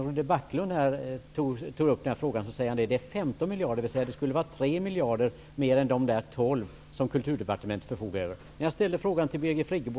Rune Backlund tog upp detta och sade att kostnaderna var 15 miljarder, dvs. ytterligare 3 miljarder utöver de 12 miljarder som Kulturdepartementet förfogar över. När jag ställde frågan till Birgit Friggebo...